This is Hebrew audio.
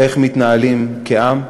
איך מתנהלים כעם,